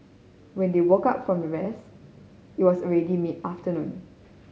when they woke up from the rest it was already mid afternoon